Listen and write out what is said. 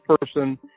person